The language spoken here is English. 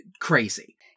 crazy